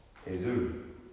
eh zul